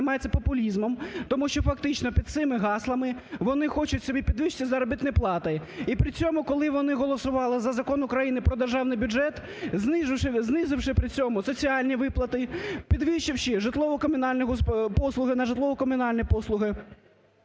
тому що фактично під цими гаслами вони хочуть собі підвищити заробітні плати. І при цьому, коли вони голосували за Закону України про Державний бюджет, знизивши при цьому соціальні виплати, підвищивши житлово-комунальні послуги, на житлово-комунальні послуги,